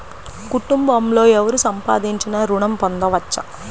కుటుంబంలో ఎవరు సంపాదించినా ఋణం పొందవచ్చా?